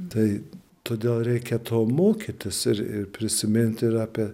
tai todėl reikia to mokytis ir ir prisiminti ir apie